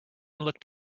looked